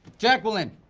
jacqueline!